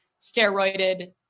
steroided